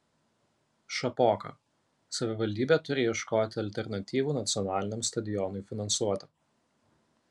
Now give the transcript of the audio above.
šapoka savivaldybė turi ieškoti alternatyvų nacionaliniam stadionui finansuoti